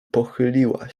pochyliła